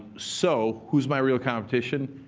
so who's my real competition?